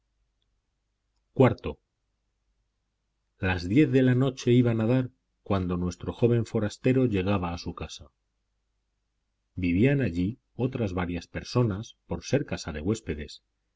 iv las diez de la noche iban a dar cuando nuestro joven forastero llegaba a su casa vivían allí otras varias personas por ser casa de huéspedes